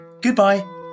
Goodbye